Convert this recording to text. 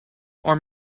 our